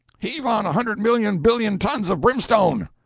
heave on a hundred million billion tons of brimstone!